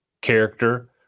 character